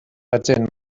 ydyn